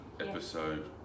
episode